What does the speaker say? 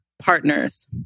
Partners